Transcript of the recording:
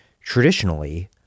Traditionally